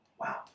Wow